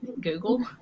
Google